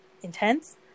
intense